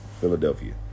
Philadelphia